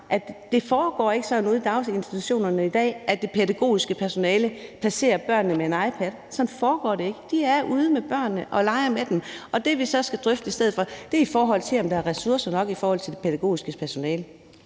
ikke foregår sådan ude i daginstitutionerne i dag, at det pædagogiske personale placerer børnene med en iPad. Sådan foregår det ikke. De er ude med børnene og leger med dem. Det, vi så skal drøfte i stedet for, er, om der er ressourcer nok i forhold til det pædagogiske personale.